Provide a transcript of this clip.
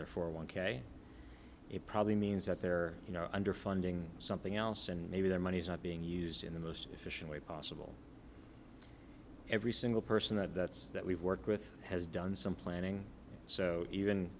their four one k it probably means that they're you know underfunding something else and maybe their money is not being used in the most efficient way possible every single person that's that we've worked with has done some planning so